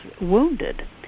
wounded